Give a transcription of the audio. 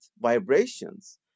vibrations